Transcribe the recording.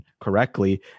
correctly